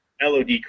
LOD